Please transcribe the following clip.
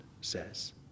says